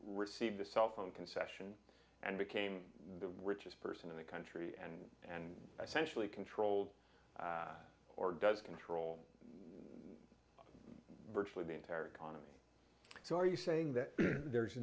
received a cell phone concession and became the richest person in the country and and essentially controlled or does control virtually the entire economy so are you saying that there's